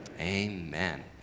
amen